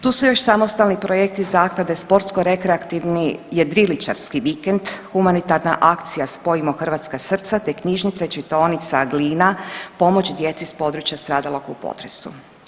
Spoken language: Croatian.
Tu su još samostalni projekti zaklade, sportsko rekreativni jedriličarski vikend, humanitarna akcija Spojimo hrvatska srca te knjižnica i čitaonica Glina pomoć djeci s područja stradalog u potresu.